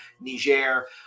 Niger